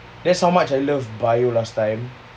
that's how much I love bio last time